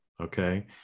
Okay